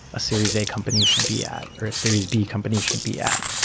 a series a company should be at or a series b company should be at.